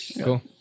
Cool